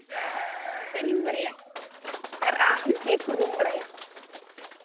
ᱡᱚᱛᱚᱱᱟᱜ ᱤᱧ ᱵᱟᱲᱟᱭᱟ ᱟᱨ ᱟᱢ ᱪᱮᱫ ᱠᱚ ᱨᱩᱢ ᱵᱟᱲᱟᱭᱟ